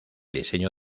diseño